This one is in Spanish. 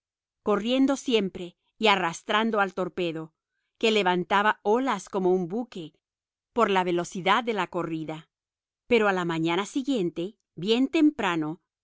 corriendo siempre y arrastrando al torpedo que levantaba olas como un buque por la velocidad de la corrida pero a la mañana siguiente bien temprano